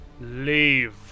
leave